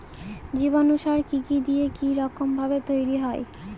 জীবাণু সার কি কি দিয়ে কি রকম ভাবে তৈরি হয়?